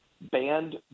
banned